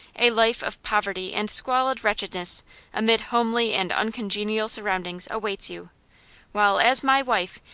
a life of poverty and squalid wretchedness amid homely and uncongenial surroundings awaits you while, as my wife,